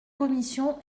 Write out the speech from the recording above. commission